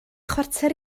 chwarter